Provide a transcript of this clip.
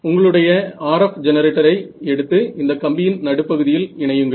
உங்களுடைய RF ஜெனரேட்டரை எடுத்து இந்த கம்பியின் நடுப்பகுதியில் இணையுங்கள்